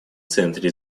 центре